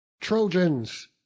Trojans